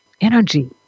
energy